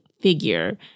figure